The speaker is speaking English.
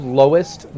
lowest